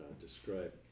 describe